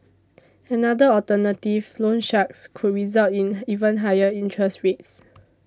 another alternative loan sharks could result in even higher interest rates